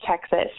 Texas